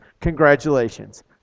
congratulations